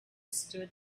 stood